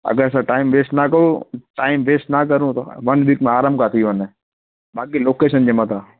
अगरि असां time waste न कयूं टाइम वेस्ट न करूं वन वीक आराम सां थी वञे बाक़ी लोकेशन जे मथां